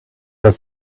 that